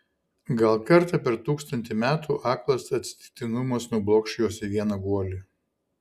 gal kartą per tūkstantį metų aklas atsitiktinumas nublokš juos į vieną guolį